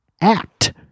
act